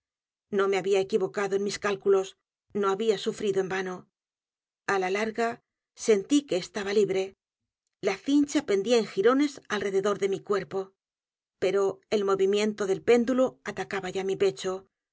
no me había equivocado en mis cálculos no había sufrido en vano a la larga sentí que estaba libre la cincha pendía en jirones alrededor de mi cuerpo pero el movimiento del péndulo atacaba ya mi pecho